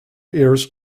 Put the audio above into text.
airs